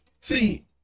See